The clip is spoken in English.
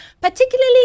particularly